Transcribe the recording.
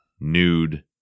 nude